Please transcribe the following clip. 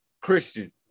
Christian